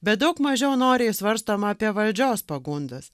bet daug mažiau noriai svarstoma apie valdžios pagundas